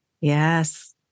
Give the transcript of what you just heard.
Yes